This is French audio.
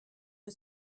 que